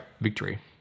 victory